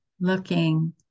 looking